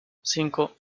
cinco